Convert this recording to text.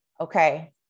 okay